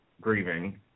Grieving